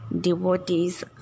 devotees